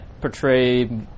portray